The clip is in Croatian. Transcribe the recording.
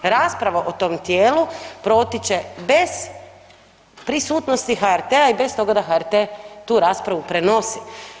Rasprava o tom tijelu proći će bez prisutnosti HRT-a i bez toga da HRT tu raspravu prenosi.